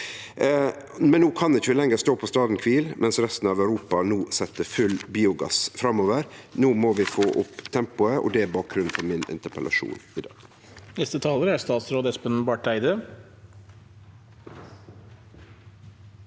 pst. Vi kan ikkje lenger stå på staden kvil mens resten av Europa set full biogass framover. No må vi få opp tempoet, og det er bakgrunnen for min interpellasjon i dag. Statsråd Espen Barth Eide